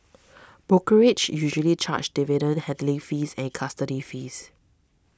brokerages usually charge dividend handling fees and custody fees